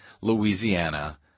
Louisiana